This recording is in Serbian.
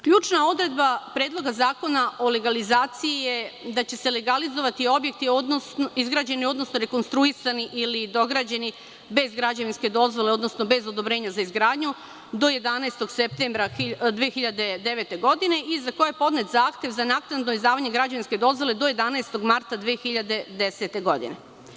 Ključna odredba Predloga zakona o legalizaciji je da će se legalizovati objekti izgrađeni, odnosno rekonstruisani ili dograđeni bez građevinske dozvole, odnosno bez odobrenja za izgradnju, do 11. septembra 2009. godine i za koje je podnet zahtev za naknadno izdavanje građevinske dozvole do 11. marta 2010. godine.